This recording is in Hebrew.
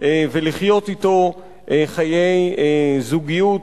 ולחיות אתו חיי זוגיות,